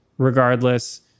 Regardless